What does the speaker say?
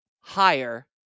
higher